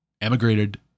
emigrated